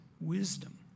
wisdom